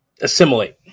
assimilate